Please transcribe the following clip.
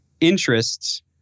interests